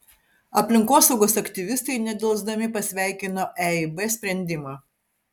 aplinkosaugos aktyvistai nedelsdami pasveikino eib sprendimą